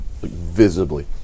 visibly